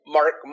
Mark